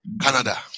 Canada